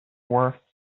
worth